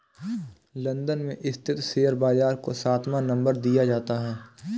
London में स्थित share बाजार को सातवां नम्बर दिया जाता है